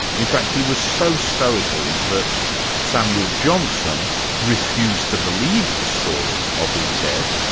in fact, he was so stoical that samuel johnson refused to believe the story of his death,